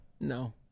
No